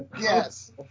Yes